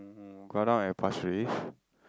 uh got out at Pasir-Ris